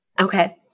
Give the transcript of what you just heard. Okay